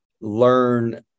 learn